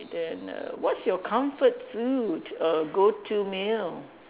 then err what's your comfort food err go-to meal